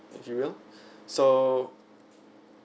if you will so